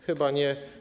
Chyba nie.